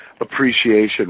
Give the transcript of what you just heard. appreciation